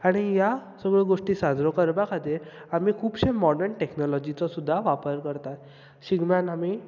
आनी ह्यो सगळ्यो गोश्टी साजऱ्यो करपा खातीर आमी खुबशें मोर्डन टॅक्नोलॉजीचो सुद्दां वापर करतात शिगम्यान आमी